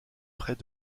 près